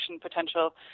potential